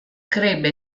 crebbe